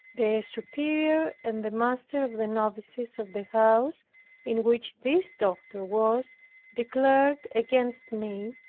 the superior, and the master of the novices of the house in which this doctor was declared against me,